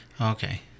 Okay